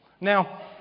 Now